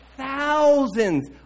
Thousands